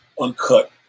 uncut